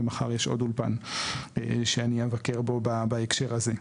ומחר יש עוד אולפן שאני אבקר בו בהקשר הזה.